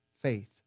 faith